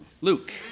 Luke